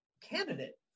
candidate